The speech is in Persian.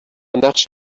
نقش